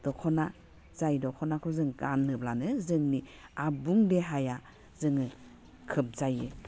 दख'ना जाय दख'नाखौ जों गानोब्लानो जोंनि आबुं देहाया जोङो खोबजायो